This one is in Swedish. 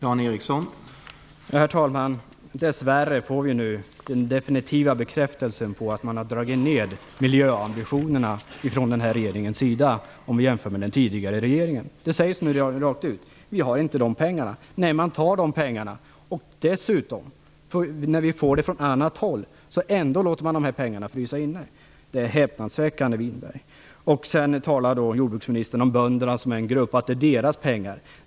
Herr talman! Dess värre får vi nu den definitiva bekräftelsen på att den här regeringen har dragit ner miljöambitionerna jämfört med den tidigare regeringen. Det sägs rakt ut: Vi har inte så mycket pengar. Nej, man tar de pengarna. Dessutom låter man pengarna frysa inne, trots att de ju kommer från annat håll. Det är häpnadsväckande. Sedan talar jordbruksministern om bönderna som en grupp och säger att det är deras pengar.